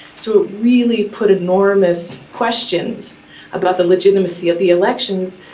so it really put enormous questions about the legitimacy of the elections.